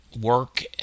work